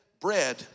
bread